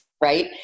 right